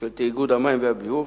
תאגוד המים והביוב,